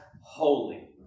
holy